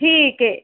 ठीक आहे